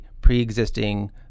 pre-existing